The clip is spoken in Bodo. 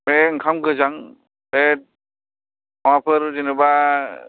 बे ओंखाम गोजां बे माबाफोर जेनेबा